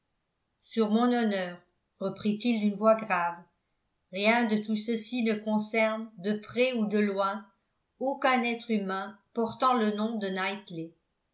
sur mon honneur reprit-il d'une voix grave rien de tout ceci ne concerne de près ou de loin aucun être humain portant le nom de